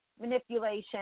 manipulation